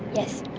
yes.